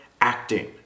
acting